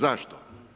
Zašto?